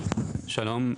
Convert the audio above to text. שלום,